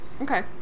Okay